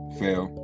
fail